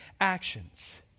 actions